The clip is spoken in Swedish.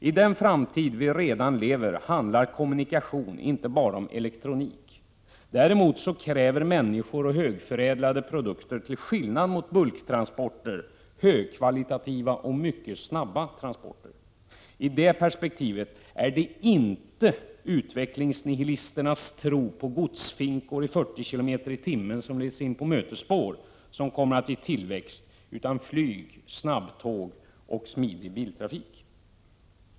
I den framtid vi redan lever i handlar kommunikation inte bara om elektronik. Däremot kräver människor och högförädlade produkter till skillnad från bulktransporter högkvalitativa och mycket snabba transporter. I det perspektivet är det inte utvecklingsnihilisternas tro på godsfinkor som går med 40 km/tim och som leds in på mötesspår som kommer att ge tillväxt, utan flyg, snabbtåg och smidig biltrafik.